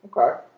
Okay